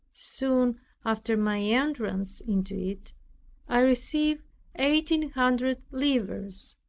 soon after my entrance into it i received eighteen hundred livres,